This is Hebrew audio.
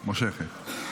מושכת.